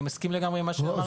אני מסכים לגמרי עם מה שאמרתם פה.